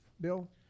Bill